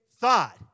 thought